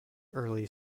early